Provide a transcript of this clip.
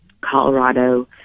Colorado